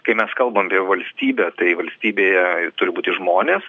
kai mes kalbam apie valstybę tai valstybėje turi būti žmonės